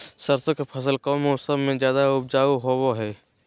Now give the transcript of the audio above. सरसों के फसल कौन मौसम में ज्यादा उपजाऊ होबो हय?